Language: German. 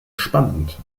spannend